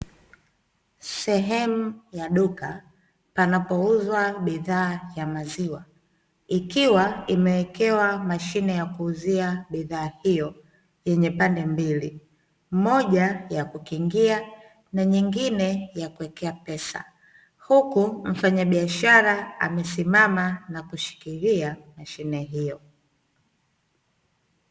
Sehemu paduka panapouzwa bidhaa za maziwa, ikiwa imewekewa sehemu pa kuuzia bidhaa hiyo yenye pande mbili; moja ya kukingia na nyingine ya kuwekea pesa, huku mfanyabiashara amesimama na kushikilia mashine hiyo.